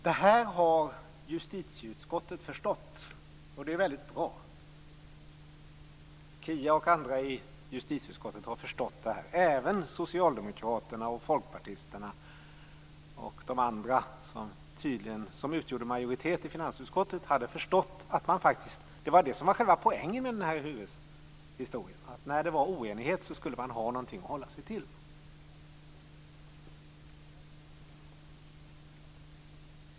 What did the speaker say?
Detta har justitieutskottet förstått, och det är väldigt bra. Kia Andreasson och andra - även socialdemokraterna, folkpartisterna och de andra som utgjorde majoritet i finansutskottet - hade förstått att detta var själva poängen med den här hyreshistorien. Om det råder oenighet skall man alltså ha något att hålla sig till.